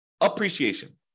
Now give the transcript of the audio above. appreciation